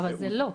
אבל זה לא.